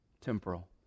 temporal